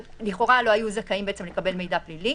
ולכאורה לא היו זכאים לקבל מידע פלילי.